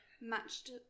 matched